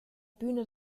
bühne